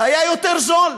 היה יותר זול,